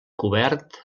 cobert